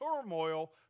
turmoil